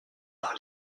par